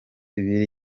biri